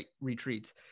retreats